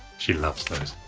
she loves those.